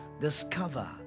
Discover